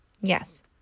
Yes